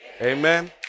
Amen